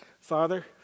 Father